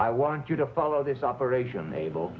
i want you to follow this operation able